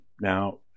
Now